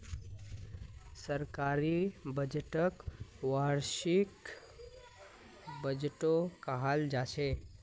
सरकारी बजटक वार्षिक बजटो कहाल जाछेक